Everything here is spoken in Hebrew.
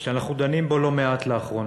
שאנחנו דנים בו לא מעט לאחרונה.